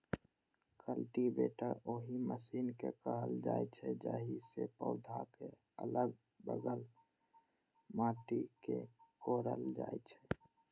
cultivator ओहि machine कें कहल जाइ छै, जाहि सं पौधाक अलग बगल माटि कें कोड़ल जाइ छै